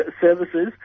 services